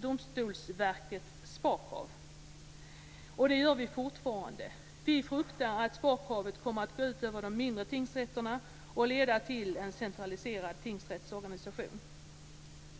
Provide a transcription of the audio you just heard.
Domstolsverkets sparkrav. Vi fruktar att sparkravet kommer att gå ut över de mindre tingsrätterna och leda till en centraliserad tingsrättsorganisation.